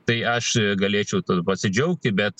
tai aš galėčiau pasidžiaugti bet